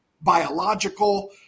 biological